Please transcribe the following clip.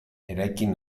eraikin